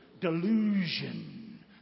Delusion